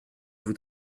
vous